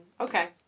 Okay